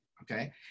okay